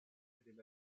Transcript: della